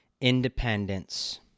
independence